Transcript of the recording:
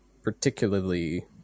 particularly